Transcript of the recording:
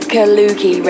Kaluki